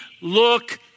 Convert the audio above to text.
look